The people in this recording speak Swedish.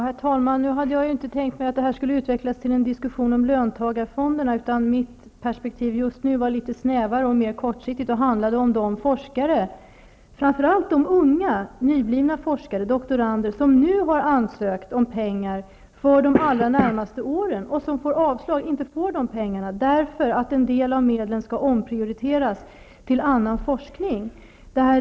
Herr talman! Jag hade inte tänkt mig att detta skulle utvecklas till en diskussion om löntagarfonderna. Mitt perspektivet nu är litet snävare och mer kortsiktigt och handlade om de forskare, framför allt de unga nyblivna forskare, doktorander, som nu har ansökt om pengar för de allra närmaste åren och som får avslag och inte får dessa pengar, därför att en del av medlen skall omprioriteras till annan forskning.